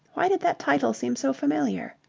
why did that title seem so familiar?